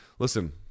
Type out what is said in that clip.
Listen